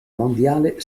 mondiale